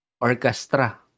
orchestra